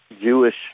Jewish